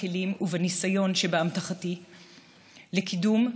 בכלים ובניסיון שבאמתחתי לקידום,